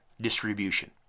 distribution